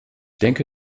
denke